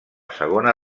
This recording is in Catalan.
segona